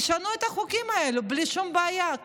ישנו את החוקים האלה בלי שום בעיה,